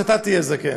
כשאתה תהיה זקן.